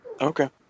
Okay